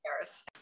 years